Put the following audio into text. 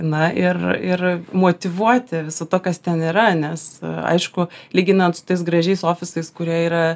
na ir ir motyvuoti viso to kas ten yra nes aišku lyginant su tais gražiais ofisais kurie yra